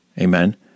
Amen